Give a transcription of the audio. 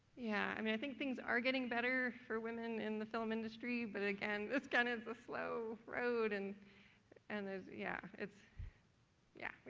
yeah i mean i think things are getting better for women in the film industry, but again, it's kind of a slow road. and and there's yes. it's yes,